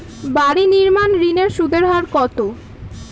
বাড়ি নির্মাণ ঋণের সুদের হার কত?